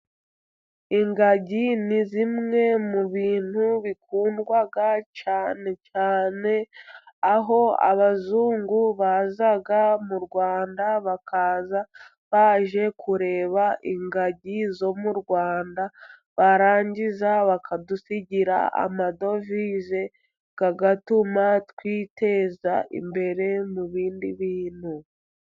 Ingagi ni zimwe mu bintu bikundwa cyane cyane aho abazungu baza mu Rwanda bakaza baje kureba ingagi zo mu Rwanda, barangiza bakadusigira amadovize agatuma twiteza imbere mu bindi bintu.